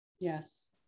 Yes